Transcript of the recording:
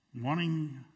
Wanting